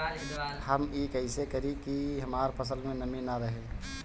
हम ई कइसे करी की हमार फसल में नमी ना रहे?